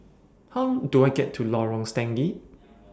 How Do I get to Lorong Stangee